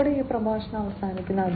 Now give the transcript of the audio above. ഇതോടെ ഈ പ്രഭാഷണം അവസാനിക്കുന്നു